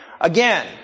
Again